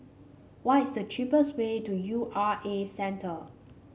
what is the cheapest way to U R A Centre